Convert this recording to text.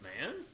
man